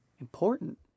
important